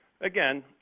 again